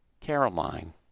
Caroline